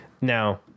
Now